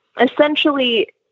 essentially